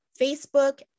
Facebook